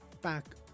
back